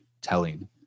telling